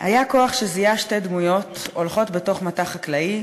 "היה כוח שזיהה שתי דמויות הולכות בתוך מטע חקלאי,